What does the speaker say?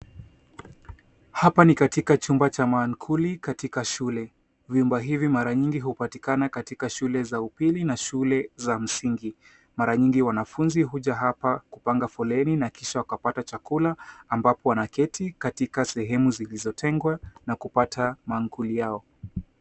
Hapa ni katika chumba cha mankuli katika shule. Vyumba hivi mara nyingi hupatikan akatika shule za upili na shule za msingi. Mara nyingi wanafunzi huja hapa kupanga foleni na kisha wakapata chakula ambapo wanaketi katika sehemu zilizotengwa na kupata mankuli yao.